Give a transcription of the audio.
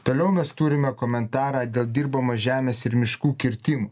toliau mes turime komentarą dėl dirbamos žemės ir miškų kirtimų